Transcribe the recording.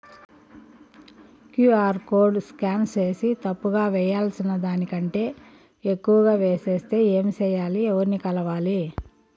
QR code scan సేసి తప్పు గా వేయాల్సిన దానికంటే ఎక్కువగా వేసెస్తే ఏమి సెయ్యాలి? ఎవర్ని కలవాలి?